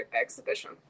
exhibition